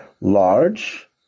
large